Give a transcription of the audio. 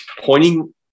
pointing